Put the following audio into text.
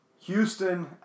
Houston